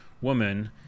woman